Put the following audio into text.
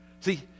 See